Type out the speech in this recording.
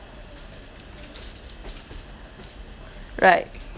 right